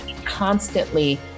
constantly